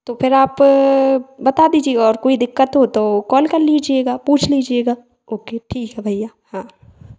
तो फ़िर आप बता दीजिएगा और कोई दिक्कत हो तो कॉल कर लीजिएगा पूछ लीजिएगा ओ के ठीक है भैया हाँ